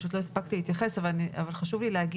לא הספקתי להתייחס אבל חשוב לי לומר